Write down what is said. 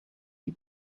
die